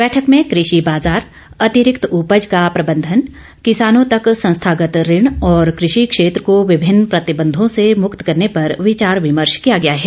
बैठक में कुषि बाजार अतिरिक्त उपज का प्रबंधन किसानों तक संस्थागत ऋण और कृषि क्षेत्र को विभिन्न प्रतिबंधों र्स मुक्त करने पर विचार विमर्श किया गया है